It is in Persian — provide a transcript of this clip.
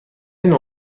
نوع